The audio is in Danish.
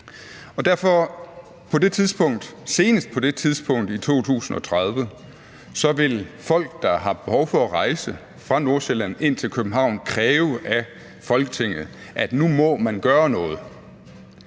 sådan, at senest på det tidspunkt i 2030 vil folk, der har behov for at rejse fra Nordsjælland ind til København, kræve af Folketinget, at nu må man gøre noget: